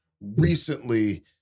recently